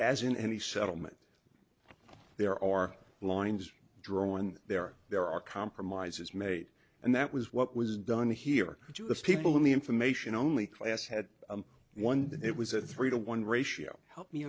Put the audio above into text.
as in any settlement there are lines drawn there there are compromises made and that was what was done here to the people in the information only class had one and it was a three to one ratio help me